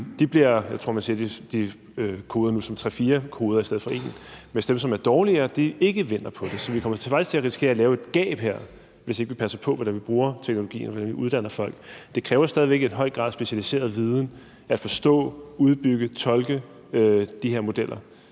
med. Jeg tror, man siger, de koder som tre til fire kodere i stedet for en, mens dem, som er dårligere, ikke vinder på det. Så vi kommer faktisk til at risikere at lave et gab her, hvis vi ikke passer på, hvordan vi bruger teknologien, og hvordan vi uddanner folk. Det kræver stadig væk en høj grad af specialiseret viden at forstå, udbygge og tolke de her modeller.